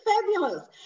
fabulous